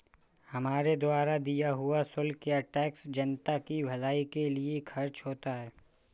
हमारे द्वारा दिया हुआ शुल्क या टैक्स जनता की भलाई के लिए खर्च होता है